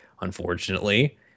unfortunately